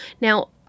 Now